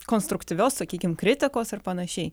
konstruktyvios sakykim kritikos ir panašiai